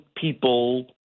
people